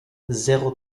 zéro